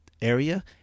area